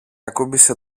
ακούμπησε